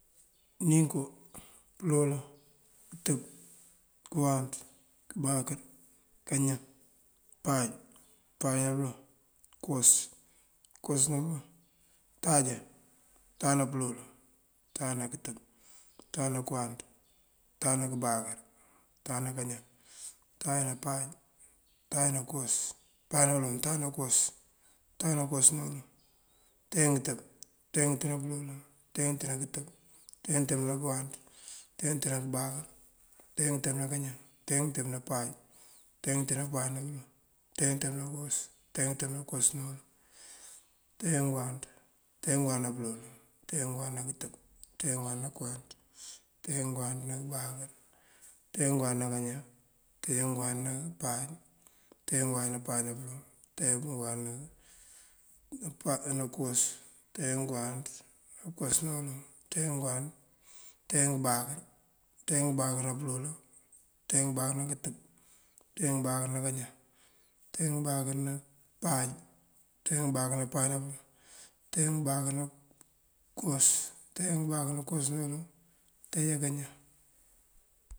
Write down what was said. Ninko, pёloolan, kёtёb, kёwáanţ, kёbáakёr, kañan, páaj, páaj ná pёloŋ, kёwas, kёwas ná pёloŋ, untáajá, untáajá ná pёloolan, untáajá ná kёtёb, untáajá ná kёwáanţ, untáajá ná kёbáakёr, untáajá ná kañan, untáajá ná páaj, untáajá ná páaj ná pёloŋ, untáajá ná kёwas, untáajá ná kёwas ná pёloŋ, ngёntáajá ngёtёb, ngёntáajá ngёtёb ná pёloolan, ngёntáajá ngёtёb ná kёtёb, ngёntáaajá ngёtёb ná kёwáanţ, ngёntáaajá ngёtёb ná kёbáakёr, ngёntáajá ngёtёb ná kañan, ngёntáajá ngёtёb ná páaj, ngёntáajá ngёtёb ná páaj ná pёloŋ, ngёntáajá ngёtёb ná kёwas, ngёntáajá ngёtёb ná kёwas ná pёloŋ, ngёntáajá ngёwáanţ, ngёntáajá ngёwáanţ ná pёloolan, ngёntáajá ngёwáanţ ná kёtёb, ngёntáajá ngёwáanţ ná kёwáanţ, ngёntáajá ngёwáanţ ná kёbáakёr, ngёntáajá ngёwáanţ ná kañan, ngёntáajá ngёwáanţ ná páaj, ngёntáajá ngёwáanţ ná páaj ná pёloŋ, ngёntáajá ngёwáanţ ná kёwas, ngёntáaajá ngёwáanţ ná kёwas ná pёloŋ, ngёntáaajá ngёbáakёr, ngёntáajá ngёbáakёr ná pёloolan, ngёntáajá ngёbáakёr ná kёtёb, ngёntáajá ngёbáakёr kañan, ngёntáajá ngёbáakёr ná páaj, ngёntáajá ngёbáakёr ná páaj ná pёloŋ, ngёntáajá ngёbáakёr ná kёwas, ngёntáajá ngёbáakёr ná kёwas ná pёloŋ, ngёntáajá kañan.